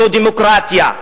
זו דמוקרטיה,